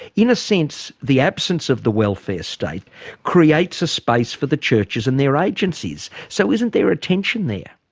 in a sense the absence of the welfare state creates a space for the churches and their agencies. so isn't there a tension there?